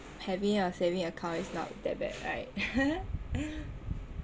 having a saving account is not that bad right